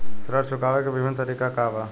ऋण चुकावे के विभिन्न तरीका का बा?